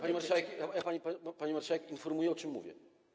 Pani marszałek, a ja panią marszałek informuję, o czym mówię.